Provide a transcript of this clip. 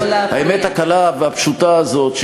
האמת הקלה והפשוטה הזאת,